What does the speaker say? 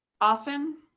often